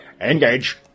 Engage